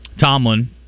Tomlin